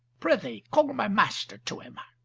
pr'ythee call my master to him.